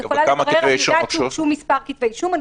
כמה כתבי אישום הוגשו?